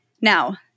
Now